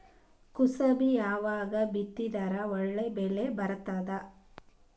ಕುಸಬಿ ಯಾವಾಗ ಬಿತ್ತಿದರ ಒಳ್ಳೆ ಬೆಲೆ ಬರತದ?